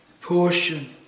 portion